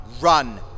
Run